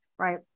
right